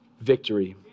victory